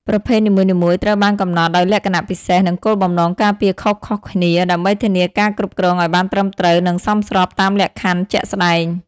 ប្រភេទនីមួយៗត្រូវបានកំណត់ដោយលក្ខណៈពិសេស និងគោលបំណងការពារខុសៗគ្នា ដើម្បីធានាការគ្រប់គ្រងឱ្យបានត្រឹមត្រូវ និងសមស្របតាមលក្ខខណ្ឌជាក់ស្តែង។